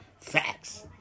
Facts